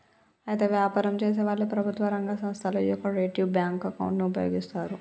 అయితే వ్యాపారం చేసేవాళ్లు ప్రభుత్వ రంగ సంస్థల యొకరిటివ్ బ్యాంకు అకౌంటును ఉపయోగిస్తారు